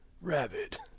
Rabbit